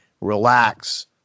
relax